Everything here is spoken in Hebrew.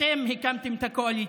אתם הקמתם את הקואליציה,